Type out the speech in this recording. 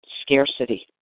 scarcity